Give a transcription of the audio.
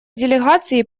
делегации